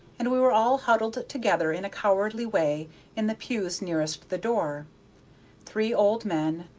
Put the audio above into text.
and we were all huddled together in a cowardly way in the pews nearest the door three old men,